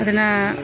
ಅದನ್ನ